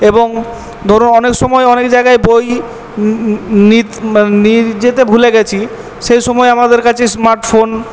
এবং ধরো অনেক সময়ে অনেক জায়গায় বই নিয়ে যেতে ভুলে গেছি সেই সময়ে আমাদের কাছে স্মার্টফোন